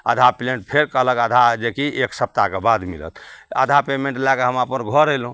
आधा पेमेन्ट फेर कहलक आधा जेकि एक सप्ताहके बाद मिलत आधा पेमेन्ट लैके हम अपन घर अएलहुँ